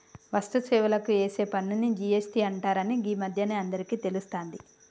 వస్తు సేవలకు ఏసే పన్నుని జి.ఎస్.టి అంటరని గీ మధ్యనే అందరికీ తెలుస్తాంది